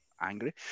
angry